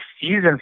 season